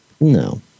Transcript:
No